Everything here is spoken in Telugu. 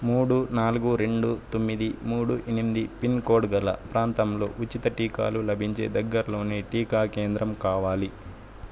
మూడు నాలుగు రెండు తొమ్మిది మూడు ఎనిమిది పిన్కోడ్ గల ప్రాంతంలో ఉచిత టీకాలు లభించే దగ్గరలోని టీకా కేంద్రం కావాలి